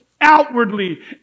outwardly